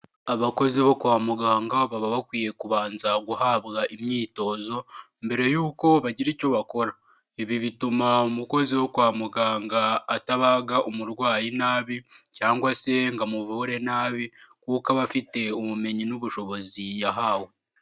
Abakozi bo kwa muganga baba bakwiye kubanza guhabwa imyitozo mbere y'uko bagira icyo bakora, ibi bituma umukozi wo kwa muganga atabaga umurwayi nabi cyangwa se ngo amuvure nabi kuko aba afite ubumenyi n'ubushobozi yahawe.